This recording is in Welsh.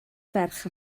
ferch